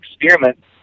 experiment